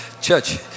Church